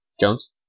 Jones